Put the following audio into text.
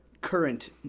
current